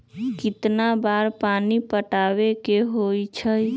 कितना बार पानी पटावे के होई छाई?